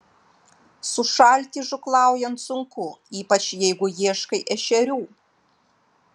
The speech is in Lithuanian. sušalti žūklaujant sunku ypač jeigu ieškai ešerių